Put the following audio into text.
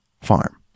farm